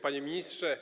Panie Ministrze!